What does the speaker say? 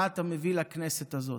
מה אתה מביא לכנסת הזאת.